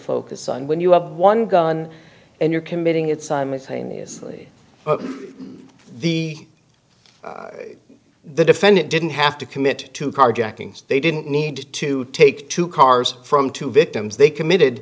focus on when you have one gun and you're committing it simultaneously the the defendant didn't have to commit to carjacking they didn't need to take two cars from two victims they committed